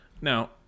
now